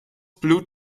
blue